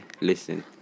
Listen